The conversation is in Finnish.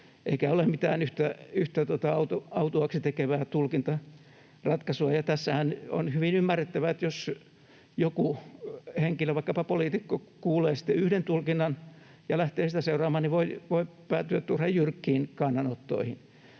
mitään yhtä autuaaksi tekevää tulkintaratkaisua. Ja tässähän on hyvin ymmärrettävää, että jos joku henkilö, vaikkapa poliitikko, kuulee sitten yhden tulkinnan ja lähtee sitä seuraamaan, niin hän voi päätyä turhan jyrkkiin kannanottoihin.